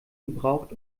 gebraucht